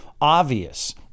obvious